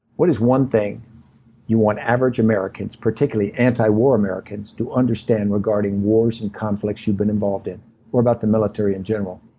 what is one thing you want average americans, particularly anti war americans, to understand regarding wars and conflicts you've been involved in or about the military in general?